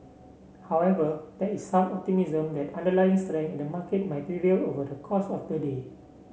however there is some optimism that underlying strength in the market might prevail over the course of the day